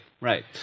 right